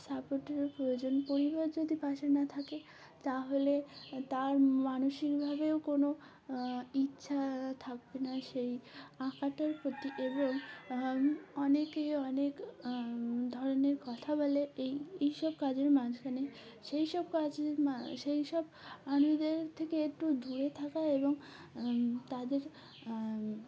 সাপোর্টেরও প্রয়োজন পরিবার যদি পাশে না থাকে তাহলে তার মানসিকভাবেও কোনো ইচ্ছা থাকবে না সেই আঁকাটার প্রতি এবং অনেকে অনেক ধরনের কথা বলে এই এই সব কাজের মাঝখানে সেই সব কাজের মা সেই সব আমুদের থেকে একটু দূরে থাকা এবং তাদের